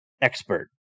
expert